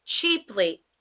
cheaply